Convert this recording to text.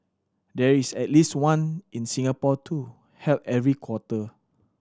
there is at least one in Singapore too held every quarter